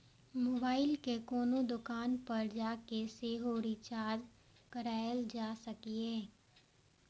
mobile कें कोनो दोकान पर जाके सेहो रिचार्ज कराएल जा सकैए